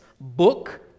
book